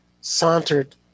sauntered